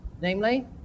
namely